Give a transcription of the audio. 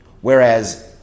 Whereas